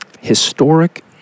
historic